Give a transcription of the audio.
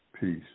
Peace